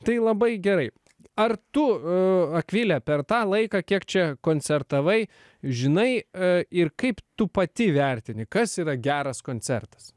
tai labai gerai ar tu akvile per tą laiką kiek čia koncertavai žinai ir kaip tu pati vertini kas yra geras koncertas